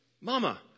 Mama